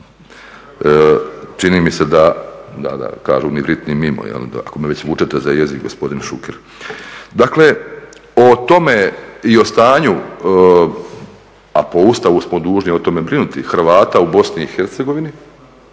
čini mi se da, kažu ni vrit ni mimo, ako me već vučete za jezik gospodine Šuker. Dakle, o tome i o stanju, a po Ustavu smo dužni o tome brinuti, Hrvata u BiH, dakle i